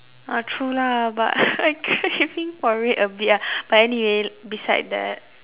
ah true lah but I'm craving for it a bit ah but anyway beside that